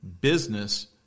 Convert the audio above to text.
business